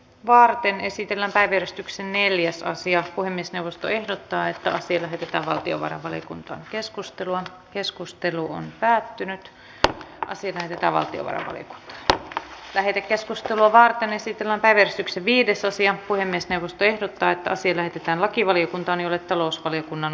varten esitetään päivystyksen neljäs sija puhemiesneuvosto ehdottaa että siinä että valtiovarainvaliokunta keskustelua keskustelu on päättynyt ja siten että valtio veroliput lähetekeskustelua varten esitellään päiväjärjestyksen viidesosa ja puhemiesneuvosto ehdottaa tosinäytetään asia lähetettiin valtiovarainvaliokuntaan